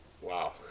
wow